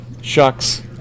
Shucks